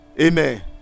amen